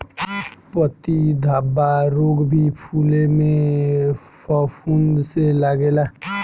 पत्ती धब्बा रोग भी फुले में फफूंद से लागेला